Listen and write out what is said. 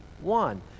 one